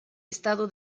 estado